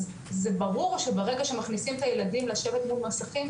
אז זה ברור שברגע שמכניסים את הילדים לשבת מול מסכים,